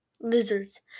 lizards